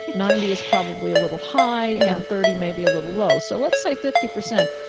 ninety is probably a little high and thirty may be a little low, so let's say fifty percent.